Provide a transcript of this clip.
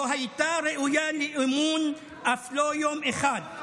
לא הייתה ראויה לאמון אף לא יום אחד,